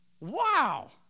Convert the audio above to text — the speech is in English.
Wow